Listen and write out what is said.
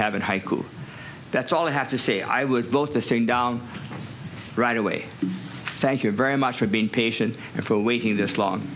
have in high school that's all i have to say i would vote this thing down right away thank you very much for being patient and for waiting this long